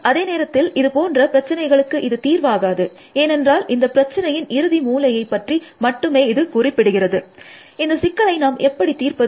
அதே நேரத்தில் இது போன்ற பிரச்சசினைகளுக்கு இது தீர்வாகாது ஏனென்றால் இந்த பிரச்சசினையின் இறுதி முலையை பற்றி மட்டுமே இது குறிப்பிடுகிறது இந்த சிக்கலை நாம் எப்படி தீர்ப்பது